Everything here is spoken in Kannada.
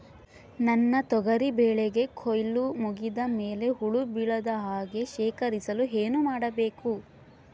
ನನ್ನ ತೊಗರಿ ಬೆಳೆಗೆ ಕೊಯ್ಲು ಮುಗಿದ ಮೇಲೆ ಹುಳು ಬೇಳದ ಹಾಗೆ ಶೇಖರಿಸಲು ಏನು ಮಾಡಬೇಕು?